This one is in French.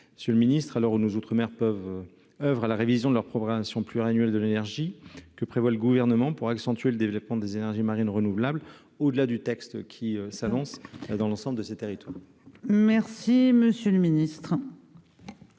sur le ministre, alors où nous outre-mer peuvent oeuvre à la révision de leur programmation pluriannuelle de l'énergie que prévoit le gouvernement pour accentuer le développement des énergies marines renouvelables au-delà du texte qui s'avance dans l'ensemble de ces territoires, merci monsieur le Ministre.